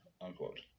unquote